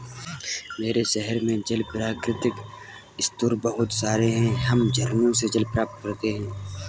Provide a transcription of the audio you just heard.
मेरे शहर में जल के प्राकृतिक स्रोत बहुत सारे हैं हम झरनों से जल प्राप्त करते हैं